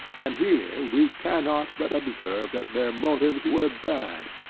and here we cannot but observe that their motives were bad,